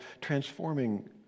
transforming